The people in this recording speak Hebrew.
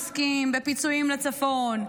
עוסקים בפיצויים לצפון,